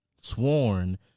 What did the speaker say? sworn